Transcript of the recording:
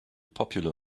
popular